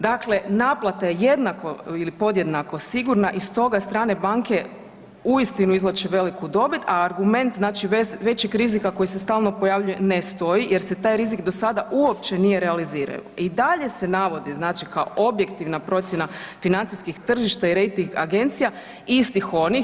Dakle, naplata je jednako ili podjednako sigurna i stoga strane banke uistinu izvlače veliku dobit, a argument znači većeg rizika koji se stalno pojavljuje ne stoji jer se taj rizik do sada uopće nije realizirao i dalje se navodi znači kao objektivna procjena financijskih tržišta i rejting agencija istih onih.